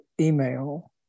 email